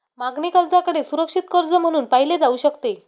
मागणी कर्जाकडे सुरक्षित कर्ज म्हणून पाहिले जाऊ शकते